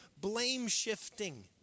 blame-shifting